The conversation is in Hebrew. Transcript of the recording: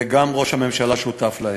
וגם ראש הממשלה שותף להן.